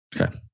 Okay